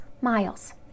miles